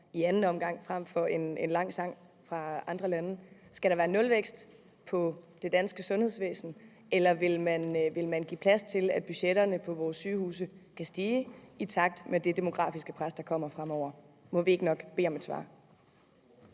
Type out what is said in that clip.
i anden omgang frem for en lang sang fra de varme lande. Skal der være nulvækst i det danske sundhedsvæsen, eller vil man give plads til, at budgetterne på vores sygehuse kan stige i takt med det demografiske pres, der kommer fremover? Må vi ikke nok bede om et svar.